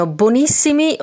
buonissimi